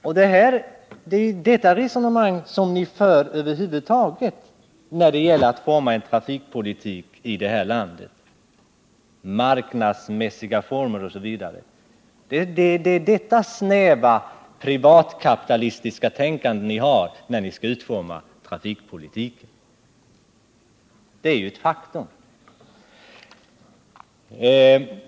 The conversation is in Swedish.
När det gäller att forma trafikpolitiken i detta land för ni ett resonemang om bl.a. marknadsmässiga former och har ett snävt privatkapitalistiskt tänkande. Det är ett faktum.